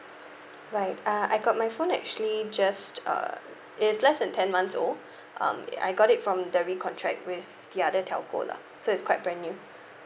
right uh I got my phone actually just uh it's less than ten months old um uh I got it from the re-contract with the other telco lah so it's quite brand new